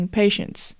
patients